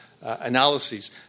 analyses